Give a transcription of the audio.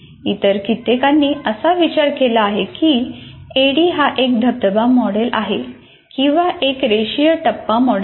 इतर कित्येकांनी असा विचार केला आहे की एडीडीई हा एक धबधबा मॉडेल आहे किंवा एक रेषीय टप्पा मॉडेल आहे